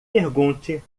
pergunte